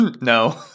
no